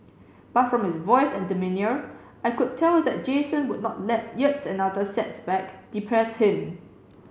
but from his voice and demeanour I could tell that Jason would not let yet another setback depress him